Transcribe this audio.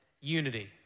unity